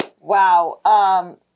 Wow